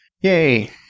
Yay